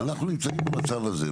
ואנחנו נמצאים במצב הזה.